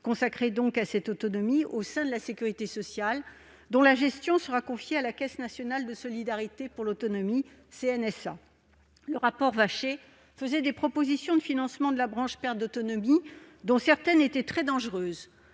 consacrés à l'autonomie au sein de la sécurité sociale ; la gestion en sera confiée à la Caisse nationale de solidarité pour l'autonomie, la CNSA. Le rapport Vachey formulait des propositions de financement de la branche perte d'autonomie, dont certaines étaient très dangereuses,